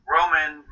Roman